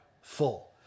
Full